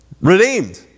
redeemed